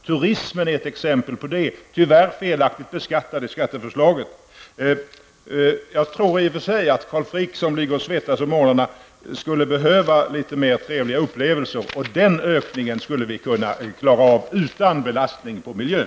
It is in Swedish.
Turismen, tyvärr felaktigt beskattad i skatteförslaget, är ett exempel på det. Jag tror att Carl Frick, som ligger och svettas på morgnarna, skulle behöva litet mer trevliga upplevelser. Den ökningen skulle vi kunna klara av utan belastning på miljön.